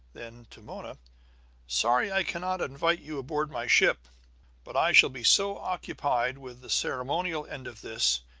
then to mona sorry i cannot invite you aboard my ship but i shall be so occupied with the ceremonial end of this,